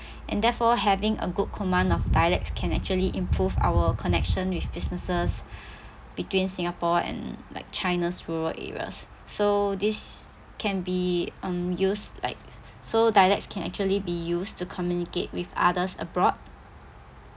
and therefore having a good command of dialects can actually improve our connection with businesses between singapore and like china's rural areas so this can be um used like so dialects can actually be used to communicate with others abroad